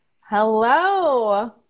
Hello